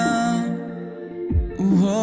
now